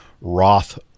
Roth